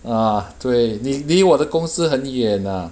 ah 对离离我的公司很远 ah